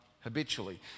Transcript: habitually